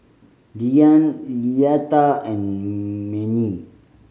Deann Leatha and Mannie